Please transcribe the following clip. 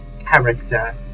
character